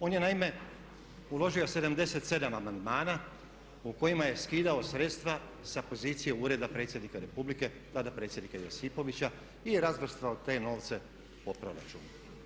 On je naime uložio 77 amandmana u kojima je skidao sredstva sa pozicije ureda predsjednika Republike, tada predsjednika Josipovića i … te novce po proračunu.